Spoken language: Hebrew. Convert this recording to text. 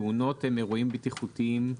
תאונות הם אירועים בטיחותיים חמורים.